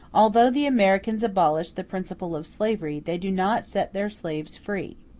although the americans abolish the principle of slavery, they do not set their slaves free.